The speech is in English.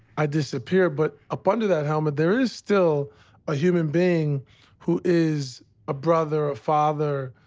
i disappear. but up under that helmet there is still a human being who is a brother, a father,